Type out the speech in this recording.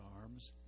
arms